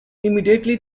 immediately